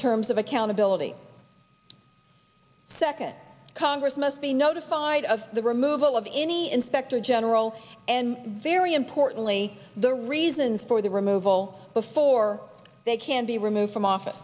terms of accountability second congress must be notified of the removal of any inspector general and very importantly the reasons for the removal before they can be removed from office